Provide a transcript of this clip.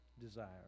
desire